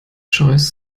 choice